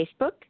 Facebook